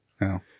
No